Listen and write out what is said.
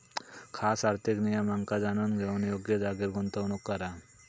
खास आर्थिक नियमांका जाणून घेऊन योग्य जागेर गुंतवणूक करा